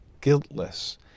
guiltless